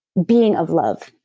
being of love,